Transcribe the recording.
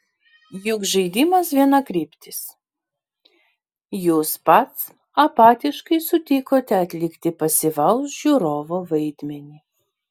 juk žaidimas vienakryptis jūs pats apatiškai sutikote atlikti pasyvaus žiūrovo vaidmenį